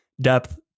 depth